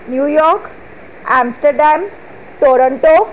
New York Amsterdam Toronto